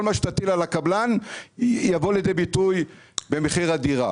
כל מה שתטיל על הקבלן יבוא לידי ביטוי במחיר הדירה.